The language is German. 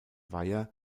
weiher